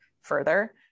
further